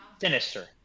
sinister